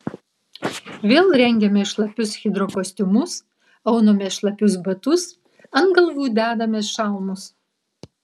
vėl rengiamės šlapius hidrokostiumus aunamės šlapius batus ant galvų dedamės šalmus